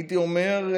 הייתי אומר,